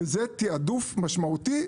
זה תיעדוף משמעותי.